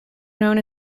known